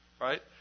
right